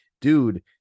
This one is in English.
dude